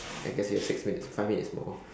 I guess we have six minutes five minutes more